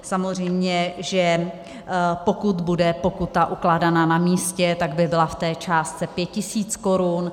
Samozřejmě, že pokud bude pokuta ukládána na místě, tak by byla v částce 5 tisíc korun.